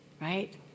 right